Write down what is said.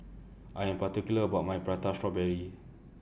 I Am particular about My Prata Strawberry